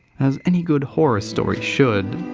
as any good horror story should,